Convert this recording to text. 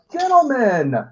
Gentlemen